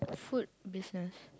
food business